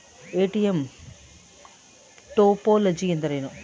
ATM topology ಎಂದರೇನು?